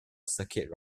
circuit